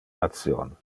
ration